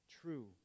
true